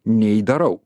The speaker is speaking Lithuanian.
nei darau